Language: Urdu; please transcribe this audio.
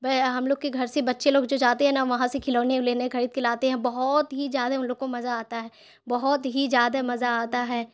ہم لوگ کے گھر سے بچے لوگ جو جاتے ہیں نا وہاں سے کھلونے الینے خرید کے لاتے ہیں بہت ہی زیادہ ان لوگ کو مزہ آتا ہے بہت ہی زیادہ مزہ آتا ہے